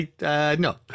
No